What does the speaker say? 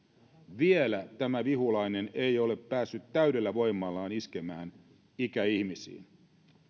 vielä tämä vihulainen ei ole päässyt täydellä voimallaan iskemään ikäihmisiin